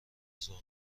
ذوق